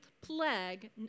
plague